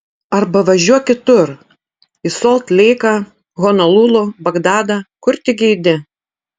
arba važiuok kitur į solt leiką honolulu bagdadą kur tik geidi